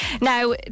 Now